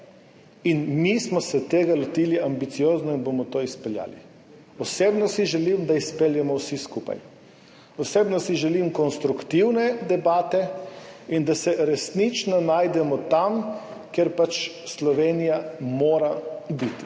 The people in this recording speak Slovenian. je. Mi smo se tega lotili ambiciozno in bomo to izpeljali. Osebno si želim, da izpeljemo vsi skupaj. Osebno si želim konstruktivne debate in da se resnično najdemo tam, kjer Slovenija mora biti.